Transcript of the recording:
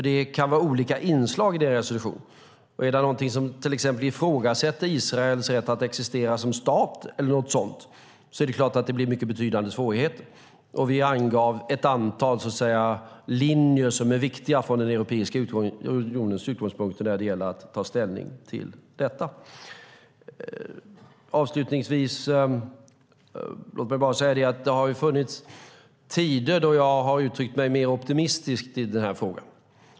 Det kan vara olika inslag i en resolution. Finns där någonting som till exempel ifrågasätter Israels rätt att existera som stat eller liknande är det klart att det blir betydande svårigheter. Vi angav ett antal "linjer" som är viktiga från Europeiska unionens utgångspunkt när det gäller att ta ställning till detta. Låt mig avslutningsvis bara säga att det funnits tider då jag uttryckt mig mer optimistiskt i frågan.